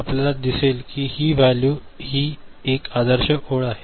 आपल्याला दिसेल की ही व्हॅल्यू ही एक आदर्श ओळ आहे